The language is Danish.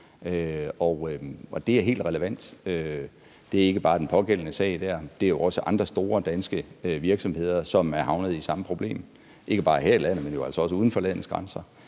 Og det er helt relevant. Det er ikke bare i den pågældende sag, det er også andre store danske virksomheder, som er havnet i samme problem ikke bare her i landet, men jo også uden for landets grænser.